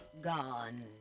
gone